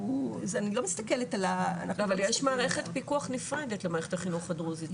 אני לא מסתכלת --- אבל יש מערכת פיקוח נפרדת למערכת החינוך הדרוזית,